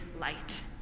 light